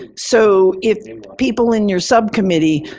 and so, if people in your subcommittee,